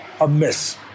amiss